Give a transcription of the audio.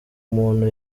umuntu